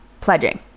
Pledging